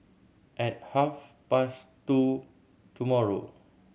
at half past two tomorrow